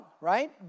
right